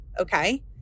okay